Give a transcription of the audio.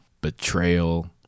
Betrayal